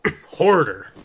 Hoarder